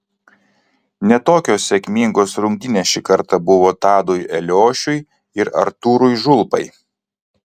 ne tokios sėkmingos rungtynės šį kartą buvo tadui eliošiui ir artūrui žulpai